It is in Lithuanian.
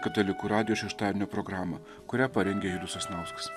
katalikų radijo šeštadienio programą kurią parengė julius sasnauskas